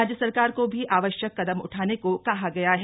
राज्य सरकार को भी आवश्यक कदम उठाने को कहा गया है